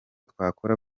twakora